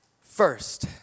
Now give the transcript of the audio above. first